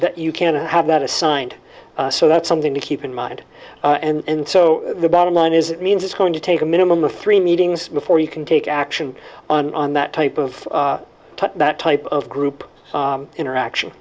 that you can't have that assigned so that's something to keep in mind and so the bottom line is that means it's going to take a minimum of three meetings before you can take action on that type of that type of group interaction